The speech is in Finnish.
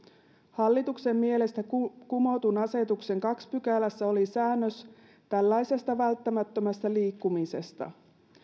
hallituksen mielestä kumotun asetuksen toisessa pykälässä oli säännös tällaisesta välttämättömästä liikkumisesta